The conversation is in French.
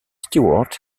stewart